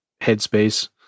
headspace